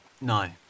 no